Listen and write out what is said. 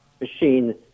machine